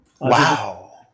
Wow